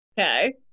Okay